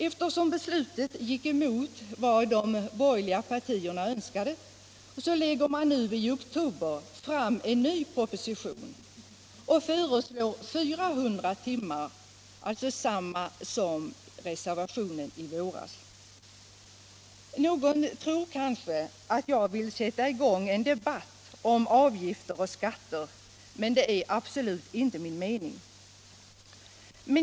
Eftersom beslutet gick emot vad de borgerliga partierna önskade lägger man nu i oktober fram en proposition och föreslår 400 timmar, alltså samma som i reservationen i våras. Någon tror kanske att jag vill sätta i gång en debatt om avgifter och skatter, men det är absolut inte min mening.